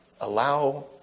allow